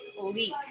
leak